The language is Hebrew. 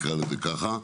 כמעט,